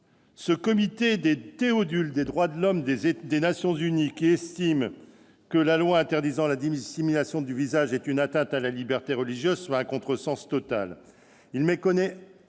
Ce comité Théodule des droits de l'homme des Nations unies, en estimant que la loi interdisant la dissimulation du visage est une atteinte à la liberté religieuse, fait un contresens total. Il méconnaît